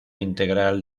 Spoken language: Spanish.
integral